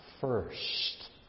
first